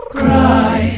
cry